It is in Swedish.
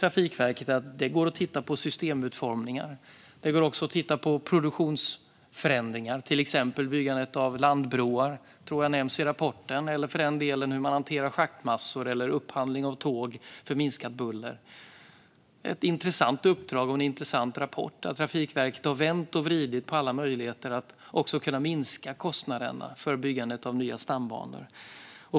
Trafikverket säger att det går att titta på systemutformningar och produktionsförändringar, till exempel byggandet av landbroar, vilket nämns i rapporten, hur man hanterar schaktmassor och upphandling av tåg för minskat buller. Det är ett intressant uppdrag och en intressant rapport. Trafikverket har vänt och vridit på alla möjligheter att minska kostnaderna för byggandet av nya stambanor.